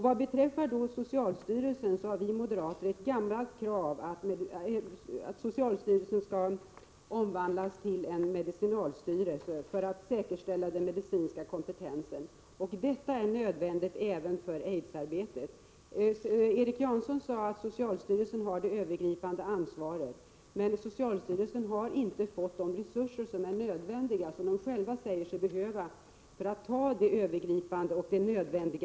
Vad beträffar socialstyrelsen har vi moderater ett gammalt krav, nämligen att socialstyrelsen skall omvandlas till en medicinalstyrelse för att säkerställa den medicinska kompetensen. Detta är nödvändigt även för aidsarbetet. Erik Janson sade att socialstyrelsen har det övergripande ansvaret, men socialstyrelsen har inte fått de resurser som är nödvändiga och som den själv säger sig behöva för att kunna ta det nödvändiga övergripande ansvaret.